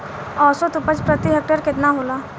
औसत उपज प्रति हेक्टेयर केतना होला?